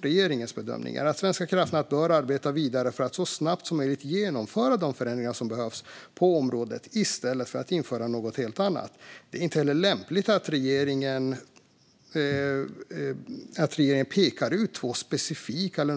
Regeringens bedömning är att Svenska kraftnät bör arbeta vidare för att så snabbt som möjligt genomföra de förändringar som behövs på området i stället för att införa något helt annat. Det är inte heller lämpligt att regeringen pekar ut två specifika